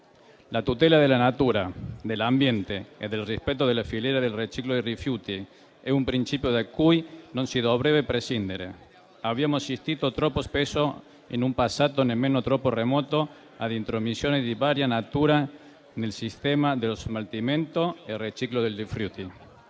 La tutela della natura, dell'ambiente e del rispetto della filiera del riciclo dei rifiuti è un principio da cui non si dovrebbe prescindere. Abbiamo assistito troppo spesso, in un passato nemmeno troppo remoto, ad intromissioni di varia natura nel sistema dello smaltimento e riciclo dei rifiuti.